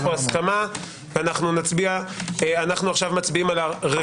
מצביעים על 16